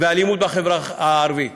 והאלימות בחברה הערבית,